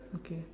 okay